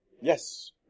Yes